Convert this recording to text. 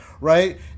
right